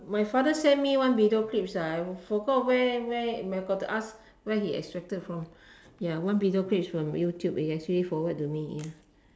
my father send me one video clips ah I forgot where where I got to ask where he extracted from ya one video clip is from youtube he actually forward to me ya